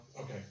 Okay